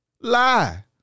Lie